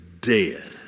dead